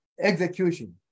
execution